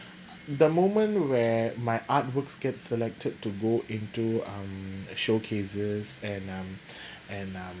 the moment where my artworks get selected to go into um showcases and um and um